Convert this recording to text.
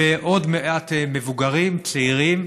ועוד מעט מבוגרים, צעירים,